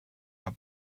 are